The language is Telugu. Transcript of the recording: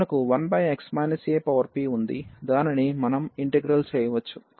మనకు 1x ap ఉంది దానిని మనం ఇంటిగ్రల్ చేయవచ్చు